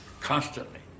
constantly